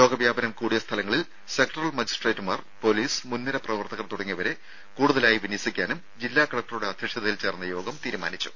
രോഗവ്യാപനം കൂടിയ സ്ഥലങ്ങളിൽ സെക്ടറൽ മജിസ്ട്രേറ്റുമാർ പൊലീസ് മുൻനിര പ്രവർത്തകർ തുടങ്ങിയവരെ കൂടുതൽ വിന്യസിക്കാനും ജില്ലകലക്ടറുടെ അധ്യക്ഷതയിൽ ചേർന്ന യോഗം തീരുമാനിച്ചു